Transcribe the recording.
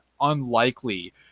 unlikely